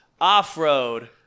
Off-road